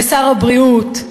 ושר הבריאות,